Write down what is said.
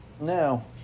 Now